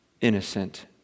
innocent